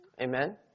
Amen